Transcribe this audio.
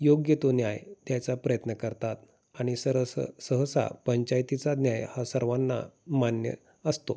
योग्य तो न्याय द्यायचा प्रयत्न करतात आणि सरस सहसा पंचायतीचा न्याय हा सर्वांना मान्य असतो